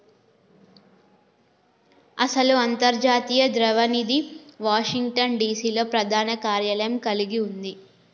అసలు అంతర్జాతీయ ద్రవ్య నిధి వాషింగ్టన్ డిసి లో ప్రధాన కార్యాలయం కలిగి ఉంది